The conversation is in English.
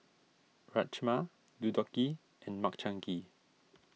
Rajma Deodeok Gui and Makchang Gui